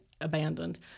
abandoned